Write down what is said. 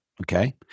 okay